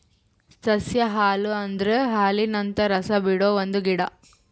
ಸಸ್ಯ ಹಾಲು ಅಂದುರ್ ಹಾಲಿನಂತ ರಸ ಬಿಡೊ ಒಂದ್ ಗಿಡ